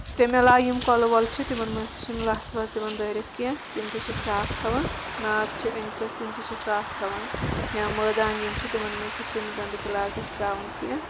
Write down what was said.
تَمہِ علاوٕ یِم کۄلہٕ وۄلہٕ چھِ تِمن منٛز تہِ چھِنہٕ لَژھ لوژھ دِوان دٲرِتھ کیٚنٛہہ تِم تہِ چھِکھ صاف تھاوان ناگ چھِ أنٛدۍ پٔکۍ تِم تہِ چھِکھ صاف تھاوان یا مٲدان یِم چھِ تِمن منٛز تہِ چھِنہٕ گنٛدٕ غلازت تراوان کیٚنٛہہ